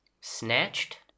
snatched